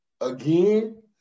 again